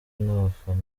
n’abafana